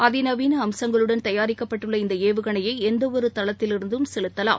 அதிநவீன அம்சங்களுடன் தயாரிக்கப்பட்டுள்ள இந்த ஏவுகணையை எந்த ஒரு தளத்திலிருந்தும் இதனை செலுத்தலாம்